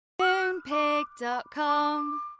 Moonpig.com